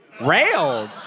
Railed